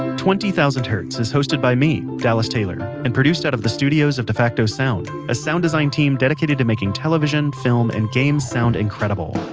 twenty thousand hertz is hosted by me, dallas taylor, and produced out of the studios of defacto sound a sound design team dedicated to making television, film and games sound incredible.